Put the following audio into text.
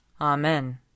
Amen